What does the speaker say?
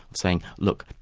saying look,